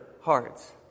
hearts